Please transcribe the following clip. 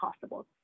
possible